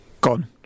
gone